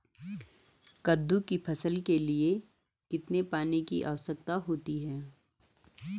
कद्दू की फसल के लिए कितने पानी की आवश्यकता होती है?